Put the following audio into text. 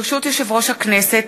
ברשות יושב-ראש הכנסת,